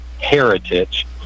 heritage